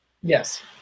Yes